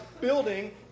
building